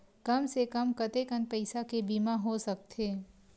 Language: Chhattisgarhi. कम से कम कतेकन पईसा के बीमा हो सकथे?